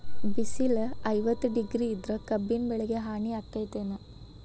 ಬಿಸಿಲ ಐವತ್ತ ಡಿಗ್ರಿ ಇದ್ರ ಕಬ್ಬಿನ ಬೆಳಿಗೆ ಹಾನಿ ಆಕೆತ್ತಿ ಏನ್?